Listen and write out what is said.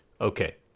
Okay